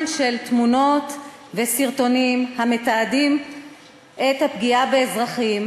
של תמונות וסרטונים המתעדים את הפגיעה באזרחים,